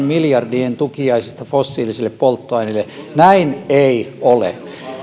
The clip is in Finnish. miljardien tukiaisista fossiilisille polttoaineille näin ei ole